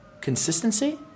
consistency